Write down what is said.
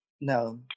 no